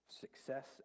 success